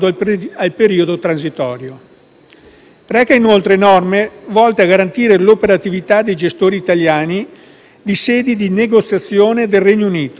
Reca, inoltre, norme volte a garantire l'operatività dei gestori italiani di sedi di negoziazione del Regno Unito durante il periodo transitorio.